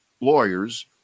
lawyers